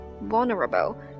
vulnerable